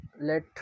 let